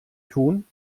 tun